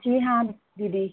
जी हाँ दीदी